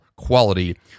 quality